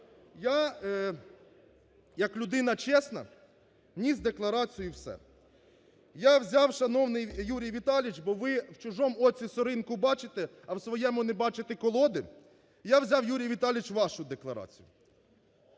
Я як людина чесна вніс в декларацію все. Я взяв, шановний Юрій Віталійович, бо ви в чужому оці соринку бачите, а в своєму не бачите колоди, я взяв, Юрій Віталійович, вашу декларацію.